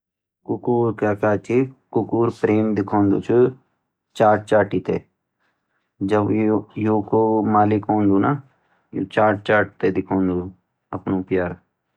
कुक्कुर क्या करदु कुक्कुर प्रेम दिखांदू चू चाट चाटी ते जब यूँ कु मालिक औन्दु ना चाट चाटी ते दिखौन्दु अपणो प्यार